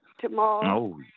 tomorrow